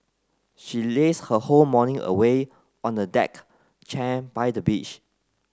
she lazed her whole morning away on a deck chair by the beach